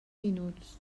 minuts